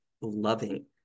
loving